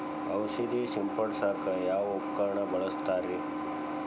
ಔಷಧಿ ಸಿಂಪಡಿಸಕ ಯಾವ ಉಪಕರಣ ಬಳಸುತ್ತಾರಿ?